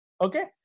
Okay